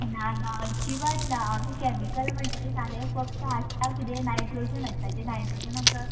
ना ना अजीबात ना आमी कॅमिकल म्हणटा ते सारे फक्त हाडटा कितें नायट्रोजन हाडटा नायट्रोजन आमकां